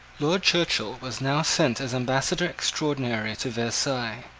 lord churchill was now sent as ambassador extraordinary to versailles.